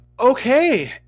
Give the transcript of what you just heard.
Okay